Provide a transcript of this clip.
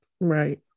Right